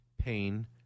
pain